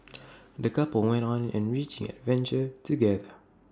the couple went on an enriching adventure together